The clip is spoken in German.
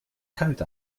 kalt